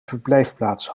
verblijfplaats